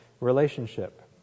relationship